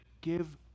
give